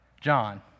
John